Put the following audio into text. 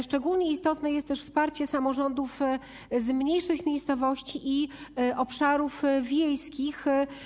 Szczególnie istotne jest wsparcie samorządów z mniejszych miejscowości i obszarów wiejskich.